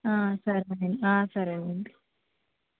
సరేనండి సరేనండి